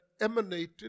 emanated